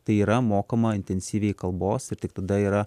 tai yra mokoma intensyviai kalbos ir tik tada yra